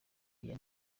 aya